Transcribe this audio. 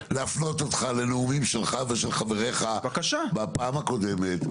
רוצה להפנות אותך לנאומים שלך ושל חבריך בפעם הקודמת.